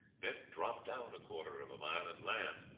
then drop down a quarter of a mile and land,